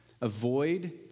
Avoid